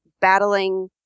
battling